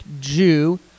Jew